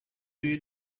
you